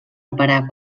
operar